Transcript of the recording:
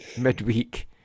midweek